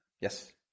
Yes